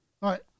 right